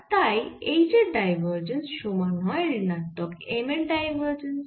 আর তাই H এর divergence সমান হয় ঋণাত্মক M এর ডাইভারজেন্স